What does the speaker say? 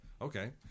Okay